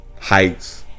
Heights